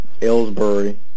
Ellsbury